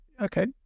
okay